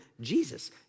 Jesus